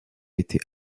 été